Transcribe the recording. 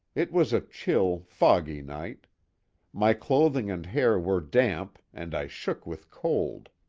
it was a chill, foggy night my clothing and hair were damp and i shook with cold.